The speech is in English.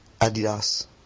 Adidas